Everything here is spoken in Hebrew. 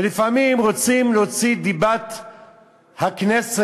ולפעמים רוצים להוציא דיבת הכנסת,